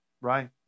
Right